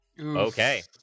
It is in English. Okay